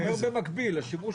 חבר הכנסת